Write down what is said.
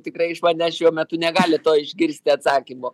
tikrai iš manęs šiuo metu negali to išgirsti atsakymo